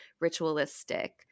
ritualistic